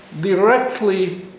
directly